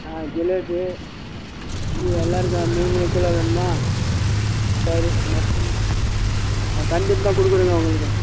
ஆ ஜிலேபி இது எல்லாத்துக்கும் மூணு மூணு கிலோ வேணுமா சரி மொத்தமாக ஆ கண்டிப்பாக கொடுக்குறேங்க உங்களுக்கு